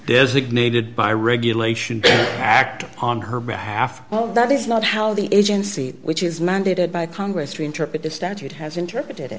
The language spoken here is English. designated by regulation act on her behalf that is not how the agency which is mandated by congress to interpret the statute has interpreted